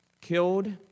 Killed